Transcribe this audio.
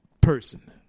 person